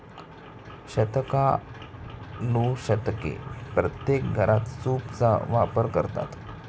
शतकानुशतके प्रत्येक घरात सूपचा वापर करतात